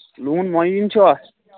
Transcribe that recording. لون معیٖن چھُوا